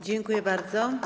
Dziękuję bardzo.